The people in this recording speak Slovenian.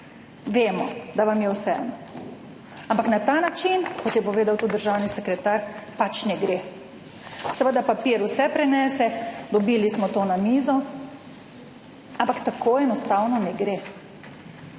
da vam je vseeno. Ampak na ta način, kot je povedal tudi državni sekretar, pač ne gre. Seveda papir vse prenese. Dobili smo to na mizo. Ampak tako enostavno ne gre.